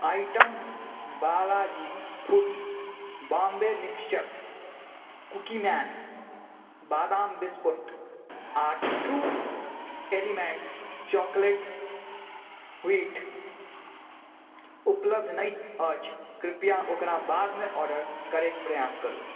item Balaji foods Bombay mixture Cookieman बादाम biscuit आ true elements chocolate wheat flakes उपलब्ध नहि अछि कृपया ओकरा बादमे ऑर्डर करैके प्रयास करु